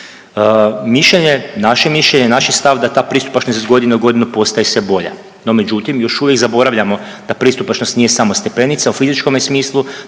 Mišljenje, naše mišljenje, naš je stav da ta pristupačnost iz godine u godinu postaje sve bolja. No međutim, još uvijek zaboravljamo da pristupačnost nije samo stepenica u fizičkome smislu,